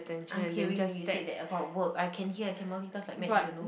I'm hearing you you said that about work I can hear I can multitask like mad you don't know